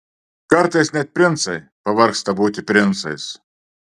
kartais net princai pavargsta būti princais